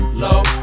low